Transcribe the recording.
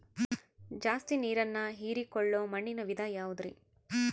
ಜಾಸ್ತಿ ನೇರನ್ನ ಹೇರಿಕೊಳ್ಳೊ ಮಣ್ಣಿನ ವಿಧ ಯಾವುದುರಿ?